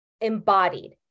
embodied